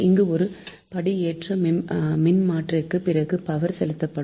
இங்கும் ஒரு படிஏற்ற மின்மாற்றிக்கு பிறகு பவர் செலுத்தப்படும்